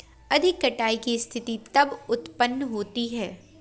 अधिक कटाई की स्थिति कब उतपन्न होती है?